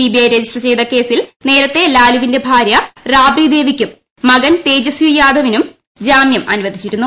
CBI register ചെയ്ത കേസിൽ നേരത്തെ ലാലുവിന്റെ ഭാര്യ റാബ്രിദേവിക്കും തേജസ്വി യാദവിനും മകൻ ജാമ്യാ അനുവദിച്ചിരുന്നു